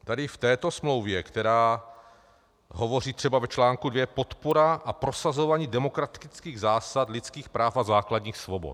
Tady v této smlouvě, která hovoří třeba v článku 2 Podpora a prosazování demokratických zásad, lidských práv a základních svobod.